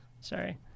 Sorry